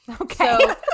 Okay